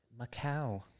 macau